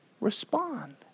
respond